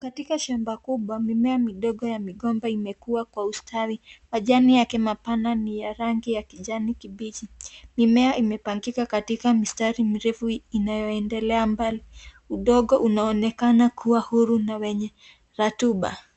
Katika shamba kubwa mimea midogo ya migomba imekua kwa ustari, majaninyake mapana ni ya rangi ya kijani kibichi, mimea imepangika katika mistari mirefu inayoendelea mbali, udongo unaonekana kuwa huru na wenye ratuba.